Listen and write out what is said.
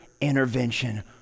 intervention